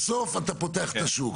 בסוף, אתה פותח את השוק.